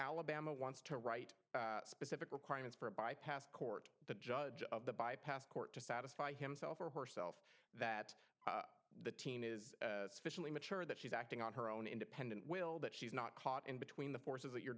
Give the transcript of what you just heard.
alabama wants to write specific requirements for a bypass court the judge of the bypassed court to satisfy himself or herself that the team is sufficiently mature that she's acting on her own independent will that she's not caught in between the forces that you're